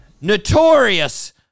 notorious